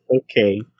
Okay